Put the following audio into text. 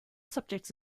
subjects